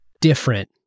different